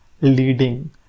leading